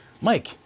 Mike